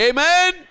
Amen